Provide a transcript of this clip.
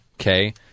okay